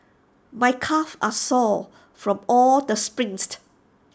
my calves are sore from all the sprints